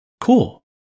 cool